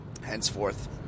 henceforth